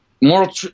Moral